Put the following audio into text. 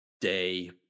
day